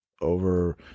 over